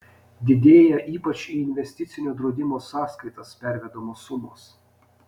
didėja ypač į investicinio draudimo sąskaitas pervedamos sumos